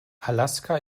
alaska